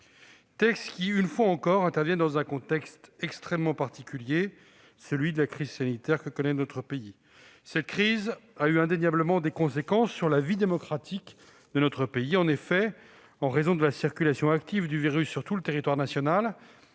encore, cet examen intervient dans un contexte très particulier, celui de la crise sanitaire que connaît notre pays. Cette crise a eu indéniablement des conséquences sur la vie démocratique. En effet, en raison de la circulation active du virus sur tout le territoire national,